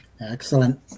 Excellent